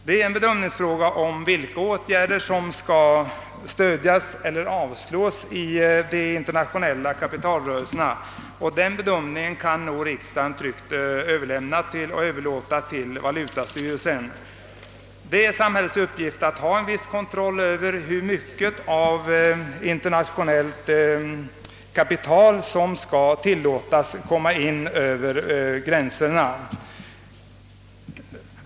Det är en bedömningsfråga vilka åtgärder som skall stödjas eller avstyrkas när det gäller de internationella kapitalrörelserna, och denna bedömning kan nog riksdagen tryggt överlåta till valutastyrelsen. Det är en samhällsuppgift att utöva en viss kontroll över hur mycket internationellt kapital som skall tillåtas komma in över gränserna.